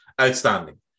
Outstanding